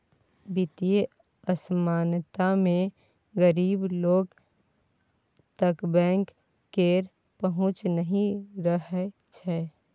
बित्तीय असमानता मे गरीब लोक तक बैंक केर पहुँच नहि रहय छै